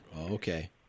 Okay